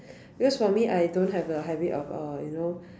because for me I don't have the habit of uh you know